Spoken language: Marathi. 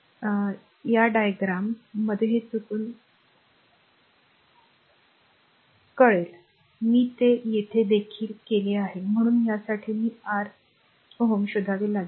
तर डायग्राम मध्ये हे चुकून कळेल की मी ते येथे देखील केले आहे परंतु यासाठी हे RΩ शोधावे लागेल